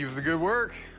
you know the good work.